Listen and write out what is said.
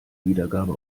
wiedergabe